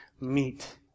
meet